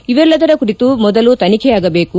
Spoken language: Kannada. ಇವೆಲ್ಲದರ ಕುರಿತು ಮೊದಲು ತನಿಖೆಯಾಗಬೇಕು